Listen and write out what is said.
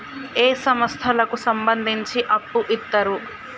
ఏ సంస్థలకు సంబంధించి అప్పు ఇత్తరు?